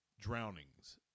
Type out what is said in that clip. drownings